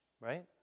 right